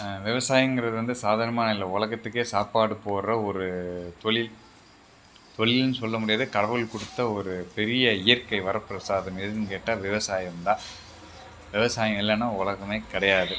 விவசாயங்கிறது வந்து சாதாரணமாக இல்லை உலகத்துக்கே சாப்பாடு போடுகிற ஒரு தொழில் தொழிலுன் சொல்ல முடியாது கடவுள் கொடுத்த ஒரு பெரிய இயற்கை வரப்பிரசாதம் எதுன்னு கேட்டால் விவசாயம் தான் விவசாயம் இல்லைனா உலகமே கிடையாது